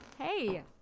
Hey